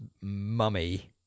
mummy